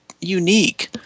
unique